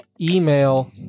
email